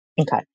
Okay